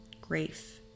grief